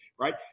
right